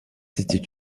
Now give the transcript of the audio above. était